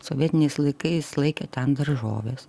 sovietiniais laikais laikė ten daržoves